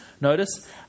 notice